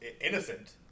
innocent